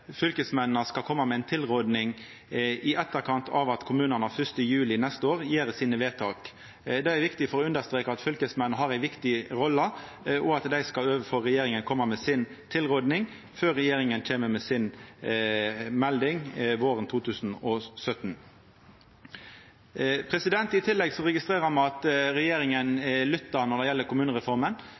fylkesmennene skal koma med ei tilråding i etterkant av at kommunane den 1. juli neste år gjer sine vedtak. Dette er viktig for å understreka at fylkesmennene har ei viktig rolle, og at dei overfor regjeringa skal koma med si tilråding før regjeringa kjem med si melding våren 2017. I tillegg registrerer me at regjeringa lyttar når det gjeld kommunereforma.